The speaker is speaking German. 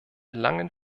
langen